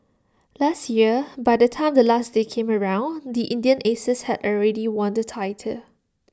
last year by the time the last day came around the Indian Aces had already won the title